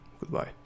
Goodbye